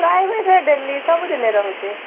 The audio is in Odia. ପ୍ରାଇଭେଟ୍ରେ ଡେଲି ସବୁ ଦିନ ରହୁଛି